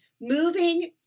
moving